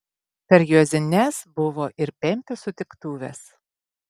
per juozines buvo ir pempių sutiktuvės